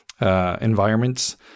environments